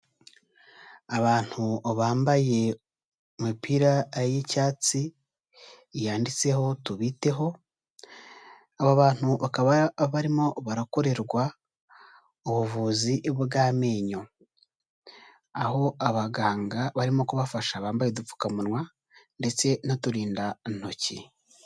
Abantu bambaye imipira y'icyatsi yanditseho tubiteho, aba bantu barimo barakorerwa ubuvuzi bw'amenyo, aho abaganga barimo kubafasha bambaye udupfukamunwa ndetse n'uturindantoki.